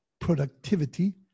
productivity